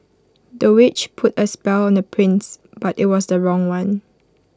the witch put A spell on the prince but IT was the wrong one